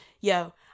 Yo